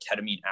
ketamine